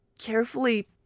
carefully